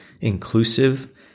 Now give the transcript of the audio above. Inclusive